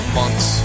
months